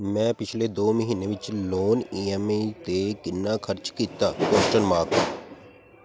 ਮੈਂ ਪਿਛਲੇ ਦੋ ਮਹੀਨੇ ਵਿੱਚ ਲੋਨ ਈ ਐੱਮ ਆਈ 'ਤੇ ਕਿੰਨਾ ਖਰਚ ਕੀਤਾ ਕੁਸ਼ਚਨ ਮਾਰਕ